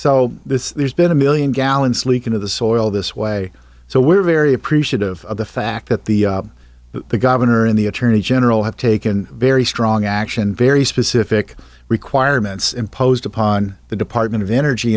this there's been a million gallons leaked into the soil this way so we're very appreciative of the fact that the the governor and the attorney general have taken very strong action very specific requirements imposed upon on the department of energy